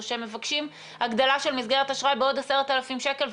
או שהם מבקשים הגדלה של מסגרת האשראי בעוד 10,000 שקל,